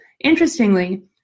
Interestingly